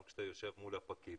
גם כשאתה יושב מול הפקיד,